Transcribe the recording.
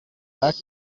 back